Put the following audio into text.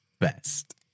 best